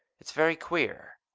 it's very queer.